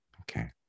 okay